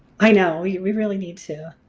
i know we we really need to.